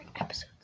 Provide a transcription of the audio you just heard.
episodes